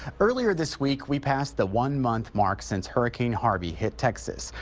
earlier this week, we passed the one-month mark since hurricane harvey hit texas.